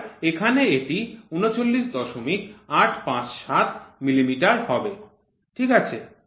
আর এখানে এটি ৩৯৮৫৭ মিলিমিটার হবে ঠিক আছে